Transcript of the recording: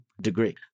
degree